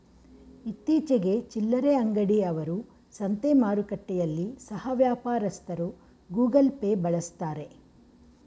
ಇತ್ತೀಚಿಗೆ ಚಿಲ್ಲರೆ ಅಂಗಡಿ ಅವರು, ಸಂತೆ ಮಾರುಕಟ್ಟೆಯಲ್ಲಿ ಸಹ ವ್ಯಾಪಾರಸ್ಥರು ಗೂಗಲ್ ಪೇ ಬಳಸ್ತಾರೆ